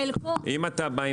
אם אתה בא עם